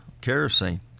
kerosene